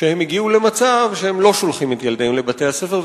שהם הגיעו למצב שהם לא שולחים את ילדיהם לבתי-הספר,